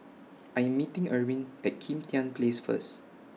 I'm meeting Erwin At Kim Tian Place First